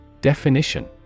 Definition